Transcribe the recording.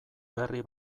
berri